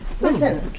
listen